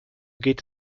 geht